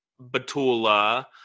Batula